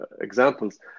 examples